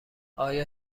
آیا